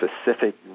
specific